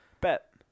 Bet